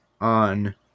on